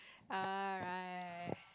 alright